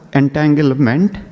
entanglement